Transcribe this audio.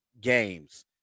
games